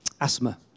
asthma